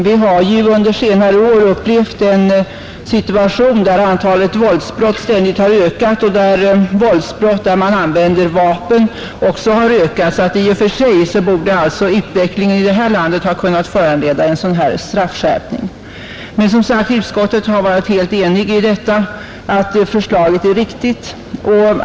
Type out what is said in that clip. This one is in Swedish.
Vi har ju under senare år upplevt att antalet våldsbrott ständigt ökat — också våldsbrott där vapen används, I och för sig borde alltså utvecklingen här i landet ha kunnat föranleda en dylik straffskärpning. Men utskottet har som sagt varit helt enigt om att förslaget är riktigt.